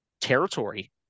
territory